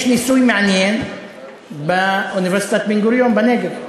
יש ניסוי מעניין באוניברסיטת בן-גוריון בנגב,